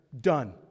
Done